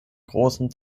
großen